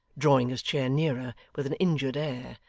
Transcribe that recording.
drawing his chair nearer with an injured air,